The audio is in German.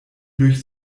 durch